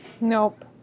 Nope